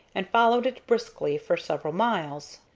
and followed it briskly for several miles.